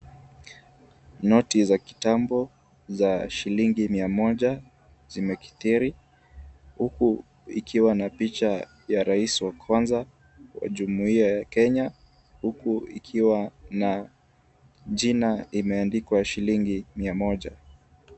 Noti za kitambo za shilingi mia moja zimekithiri huku ikiwa na picha ya rais wa kwanza wa jumuhia ya Kenya huku ikiwa na jina imeandikwa shilingi mia moja.